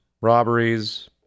robberies